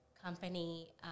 company